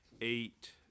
eight